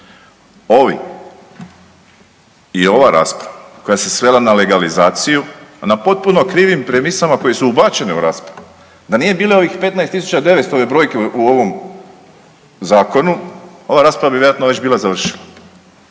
Ovi i ova rasprava koja se svela na legalizaciju na potpuno krivim premisama koje se ubačena u raspravu, da nije bilo ovih 15.900 brojke u ovom zakonu ova rasprava bi već vjerojatno bila završila.